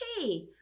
hey